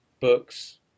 books